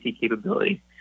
capability